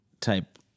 type